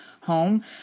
home